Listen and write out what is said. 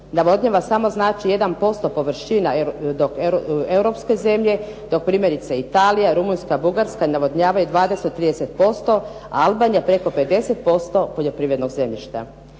navodnjava samo znači 1% površina, dok europske zemlje, dok primjerice Italija, Rumunjska, Bugarska navodnjavaju 20, 30%, a Albanija preko 50% poljoprivrednog zemljišta.